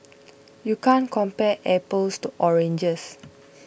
you can't compare apples to oranges